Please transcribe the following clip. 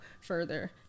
further